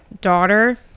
daughter